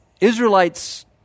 Israelites